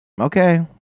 Okay